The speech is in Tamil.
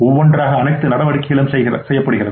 ஒவ்வொன்றாக அனைத்து நடவடிக்கைகளையும் செய்கிறது